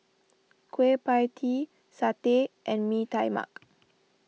Kueh Pie Tee Satay and Mee Tai Mak